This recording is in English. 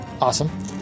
awesome